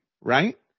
right